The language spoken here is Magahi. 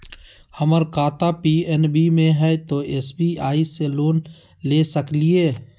हमर खाता पी.एन.बी मे हय, तो एस.बी.आई से लोन ले सकलिए?